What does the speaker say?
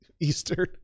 Eastern